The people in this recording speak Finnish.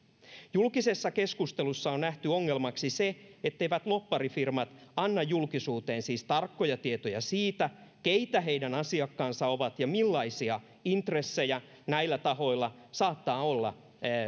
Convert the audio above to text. julkisessa keskustelussa on nähty ongelmaksi se etteivät lobbarifirmat anna julkisuuteen siis tarkkoja tietoja siitä keitä heidän asiakkaansa ovat ja millaisia intressejä näillä tahoilla saattaa olla